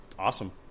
Awesome